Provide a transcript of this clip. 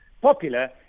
popular